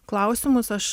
klausimus aš